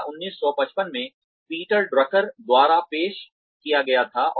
यह 1955 में Peter Drucker द्वारा पेश किया गया था